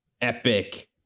epic